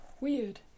Weird